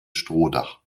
strohdach